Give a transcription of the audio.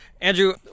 Andrew